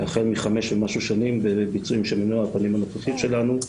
החל מחמש ומשהו שנים בביצועים של מנוע הפנים הנוכחי שלנו,